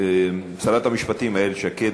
שרת המשפטים איילת שקד,